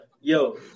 Yo